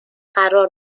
قرار